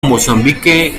mozambique